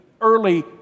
early